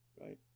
Right